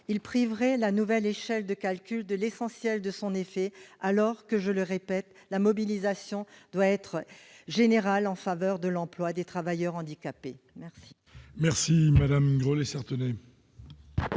Il priverait la nouvelle échelle de calcul de l'essentiel de son effet, alors que, je le répète, la mobilisation en faveur de l'emploi des travailleurs handicapés doit